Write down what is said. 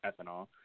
ethanol